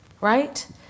Right